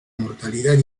mortalidad